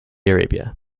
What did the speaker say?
arabia